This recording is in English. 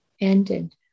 ended